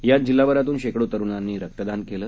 त्यामध्ये जिल्हाभरातून शेकडो तरुणांनी रक्तदान केलं